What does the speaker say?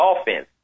offense